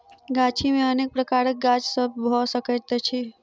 गाछी मे अनेक प्रकारक गाछ सभ भ सकैत अछि